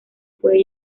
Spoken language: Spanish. puede